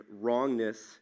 wrongness